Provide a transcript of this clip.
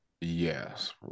Yes